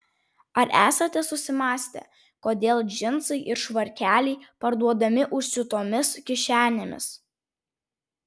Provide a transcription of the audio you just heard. ar esate susimąstę kodėl džinsai ir švarkeliai parduodami užsiūtomis kišenėmis